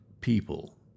people